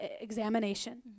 examination